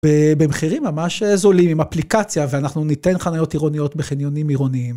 ב...במחירים ממש א...זולים, עם אפליקציה, ואנחנו ניתן חניות עירוניות בחניונים עירוניים.